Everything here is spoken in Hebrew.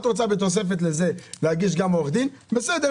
את רוצה בתוספת לזה להגיש גם מעורך דין - בסדר,